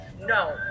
no